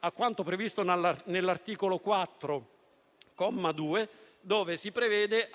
a quanto previsto nell'articolo 4, comma 2, dove si dice